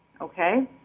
okay